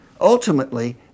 Ultimately